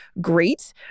great